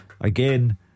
Again